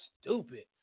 stupid